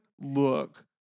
look